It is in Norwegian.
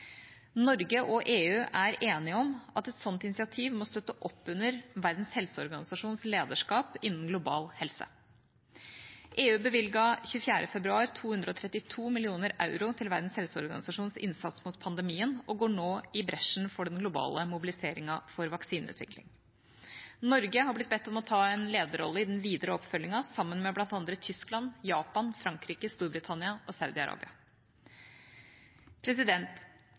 Norge og EU er enige om at et slikt initiativ må støtte opp under Verdens helseorganisasjons lederskap innen global helse. EU bevilget 24. februar 232 mill. euro til Verdens helseorganisasjons innsats mot pandemien og går nå i bresjen for den globale mobiliseringen for vaksineutvikling. Norge har blitt bedt om å ta en lederrolle i den videre oppfølgingen, sammen med bl.a. Tyskland, Japan, Frankrike, Storbritannia og